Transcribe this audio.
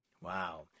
Wow